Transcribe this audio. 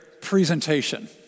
presentation